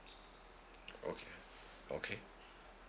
okay okay